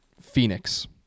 Phoenix